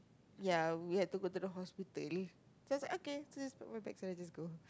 ya we had to go to the hospital just okay so pack my bag just go